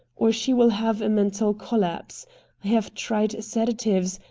or she will have a mental collapse. i have tried sedatives,